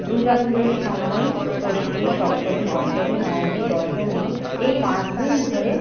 দূর্গাপুজোর সময় ষষ্ঠী সপ্তমী অষ্টমী নবমী দশমী এই পাঁচ দিন ধরে